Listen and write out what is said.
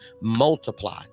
multiply